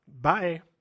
bye